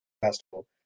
festival